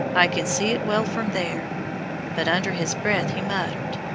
i can see it well from there but under his breath he muttered,